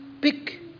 pick